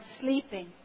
sleeping